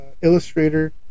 Illustrator